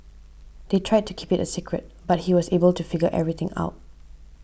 they tried to keep it a secret but he was able to figure everything out